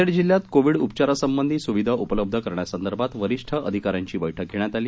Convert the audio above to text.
नांदेड जिल्यात कोविड उपचारासंबंधी सुविधा उपलब्ध करण्यासंदर्भात वरिष्ठ अधिकाऱ्यांची बैठक घेण्यात आली